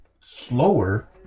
slower